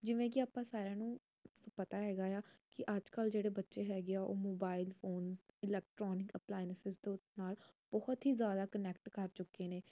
ਜਿਵੇਂ ਕਿ ਆਪਾਂ ਸਾਰਿਆਂ ਨੂੰ ਪਤਾ ਹੈਗਾ ਆ ਕਿ ਅੱਜ ਕੱਲ੍ਹ ਜਿਹੜੇ ਬੱਚੇ ਹੈਗੇ ਆ ਉਹ ਮੋਬਾਇਲ ਫੋਨਸ ਇਲੈਕਟਰੋਨਿਕ ਐਪਲਾਇਨਸਸ ਤੋਂ ਨਾਲ ਬਹੁਤ ਹੀ ਜ਼ਿਆਦਾ ਕਨੈਕਟ ਕਰ ਚੁੱਕੇ ਨੇ